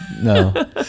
No